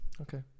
okay